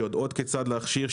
שיודעות כיצד להכשיר,